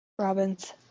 Robin's